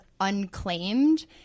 unclaimed